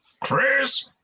Chris